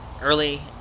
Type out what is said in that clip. early